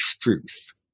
truth